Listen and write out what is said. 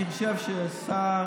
אני חושב ששר,